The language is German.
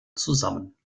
zusammen